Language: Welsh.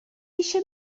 eisiau